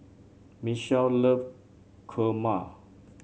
Mitchell love kurma